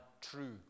true